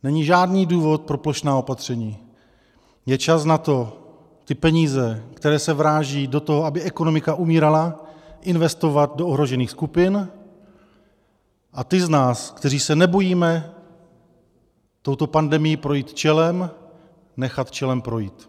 Není žádný důvod pro plošná opatření, je čas na to, ty peníze, které se vrážejí do toho, aby ekonomika umírala, investovat do ohrožených skupin, a ty z nás, kteří se nebojíme touto pandemií projít čelem, nechat čelem projít.